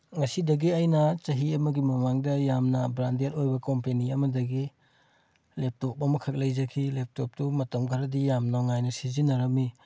ꯉꯁꯤꯗꯒꯤ ꯑꯩꯅ ꯆꯍꯤ ꯑꯃꯒꯤ ꯃꯃꯥꯡꯗ ꯌꯥꯝꯅ ꯕ꯭ꯔꯥꯟꯗꯦꯗ ꯑꯣꯏꯕ ꯀꯣꯝꯄꯦꯅꯤ ꯑꯃꯗꯒꯤ ꯂꯦꯞꯇꯣꯞ ꯑꯃꯈꯛ ꯂꯩꯖꯈꯤ ꯂꯦꯞꯇꯣꯞꯇꯨ ꯃꯇꯝ ꯈꯔꯗꯤ ꯌꯥꯝ ꯅꯨꯡꯉꯥꯏꯅ ꯁꯤꯖꯤꯟꯅꯔꯝꯃꯤ